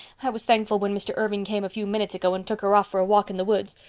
i was thankful when mr. irving came a few minutes ago and took her off for a walk in the woods.